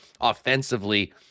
offensively